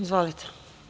Izvolite.